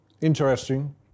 Interesting